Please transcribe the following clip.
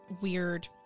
weird